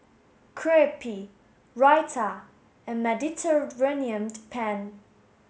Crepe Raita and Mediterranean Penne